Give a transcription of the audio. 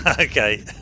Okay